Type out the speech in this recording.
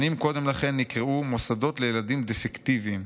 שנים קודם לכן נקראו 'מוסדות לילדים דפקטיביים'.